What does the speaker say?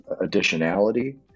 additionality